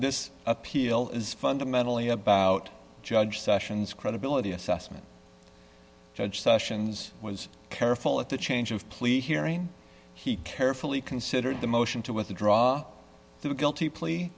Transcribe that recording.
this appeal is fundamentally about judge sessions credibility assessment judge sessions was careful at the change of plea hearing he carefully considered the motion to withdraw the guilt